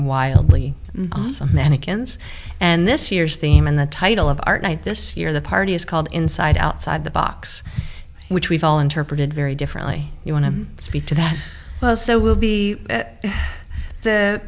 wildly awesome mannequins and this year's theme in the title of our night this year the party is called inside outside the box which we've all interpreted very differently you want to speak to that so will be the